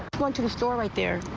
going to the store right there.